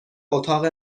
اتاق